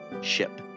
ship